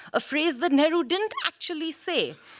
a phrase that nehru didn't actually say.